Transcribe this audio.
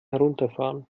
herunterfahren